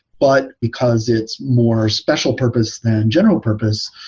but because it's more special-purpose than general purpose,